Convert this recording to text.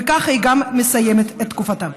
וככה היא גם מסיימת את תקופתה.